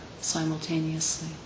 simultaneously